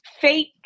fake